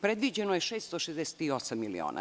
Predviđeno je 668 miliona.